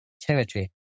territory